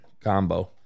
combo